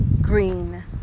green